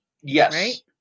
Yes